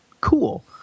cool